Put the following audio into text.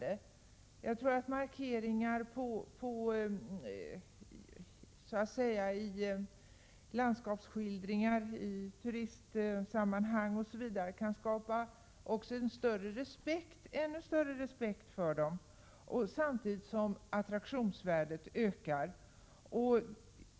Det kan innebära markeringar i landskapsskildringar och turistsammanhang, som kan skapa en ännu större respekt för dessa fyra älvar, samtidigt som attraktionsvärdet ökar.